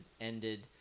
ended